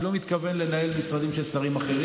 אני לא מתכוון לנהל משרדים של שרים אחרים,